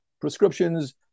prescriptions